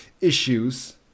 issues